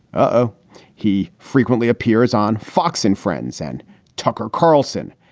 ah he frequently appears on fox and friends and tucker carlson.